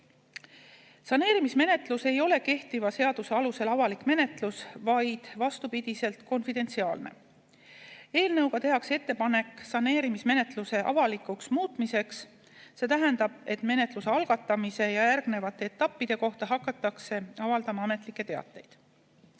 Saneerimismenetlus ei ole kehtiva seaduse alusel avalik menetlus, vaid, vastupidi, konfidentsiaalne. Eelnõuga tehakse ettepanek muuta saneerimismenetlus avalikuks. See tähendab, et menetluse algatamise ja järgnevate etappide kohta hakatakse avaldama ametlikke teateid.